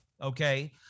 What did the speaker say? Okay